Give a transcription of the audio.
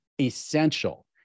essential